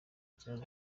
kibazo